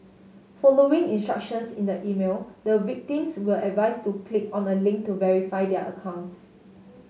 following instructions in the email the victims were advised to click on a link to verify their accounts